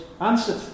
answered